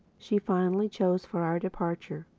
she finally chose for our departure.